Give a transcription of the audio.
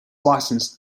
licensed